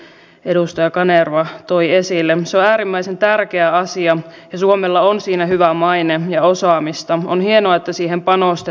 tätä ihmettä odotellessa voisimme tehdä ainakin seuraavia asioita ja totean että vaikka ajatellaan että opposition tehtävä on moittia niin nyt en moiti vaan tuon rakentavia avauksia